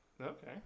okay